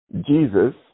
Jesus